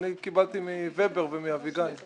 אני קיבלתי מ-ובר ומאביגיל.